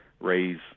raise